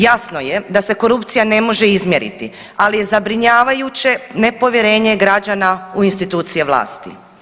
Jasno je da se korupcija ne može izmjeriti ali je zabrinjavajuće nepovjerenje građana u institucije vlasti.